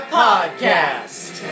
podcast